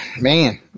man